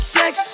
Flex